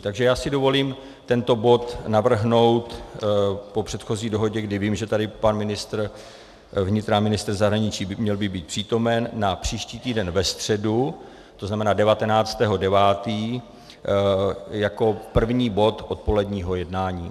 Takže já si dovolím tento bod navrhnout po předchozí dohodě, kdy vím, že tady pan ministr vnitra a ministr zahraničí měl by být přítomen, na příští týden ve středu, to znamená 19. 9., jako první bod odpoledního jednání.